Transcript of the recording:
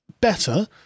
better